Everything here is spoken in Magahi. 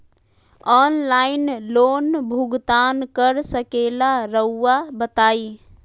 ऑनलाइन लोन भुगतान कर सकेला राउआ बताई?